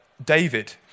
David